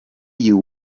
you